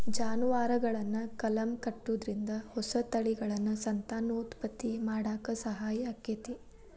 ಜಾನುವಾರುಗಳನ್ನ ಕಲಂ ಕಟ್ಟುದ್ರಿಂದ ಹೊಸ ತಳಿಗಳನ್ನ ಸಂತಾನೋತ್ಪತ್ತಿ ಮಾಡಾಕ ಸಹಾಯ ಆಕ್ಕೆತಿ